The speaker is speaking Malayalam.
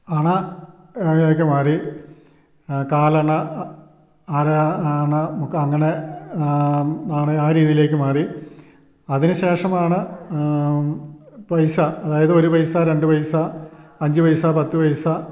അണാ ഏക്ക് മാറി കാലണ അര ആണ മുക്കാൽ അങ്ങനെ നാണയം ആ രീതീലേയ്ക്ക് മാറി അതിന് ശേഷമാണ് പൈസ അതായത് ഒരു പൈസ രണ്ട് പൈസ അഞ്ച് പൈസ പത്ത് പൈസ